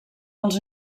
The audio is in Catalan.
dels